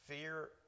fear